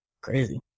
crazy